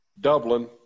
Dublin